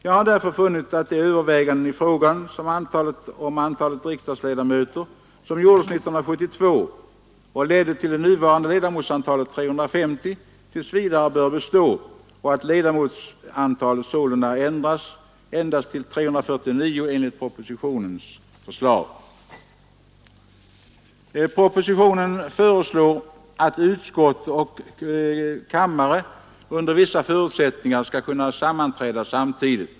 Jag har därför funnit att de överväganden i fråga om antalet riksdagsledamöter som gjordes 1972 och som ledde till det möjligheter finns att nuvarande ledamotsantalet 350 fortfarande står sig och att ledamotsantalet endast bör ändras till 349 enligt propositionens lag. I propositionen föreslås att utskott och kammare under vissa förutsättningar skall kunna sammanträda samtidigt.